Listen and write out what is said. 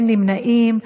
אין נמנעים,